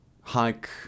Hike